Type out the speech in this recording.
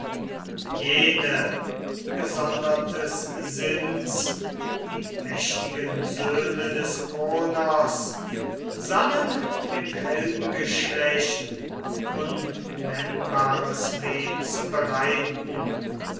jene gesondertes sinns die mächtigen söhne des kronos sannen dem heldengeschlecht unnennbares weh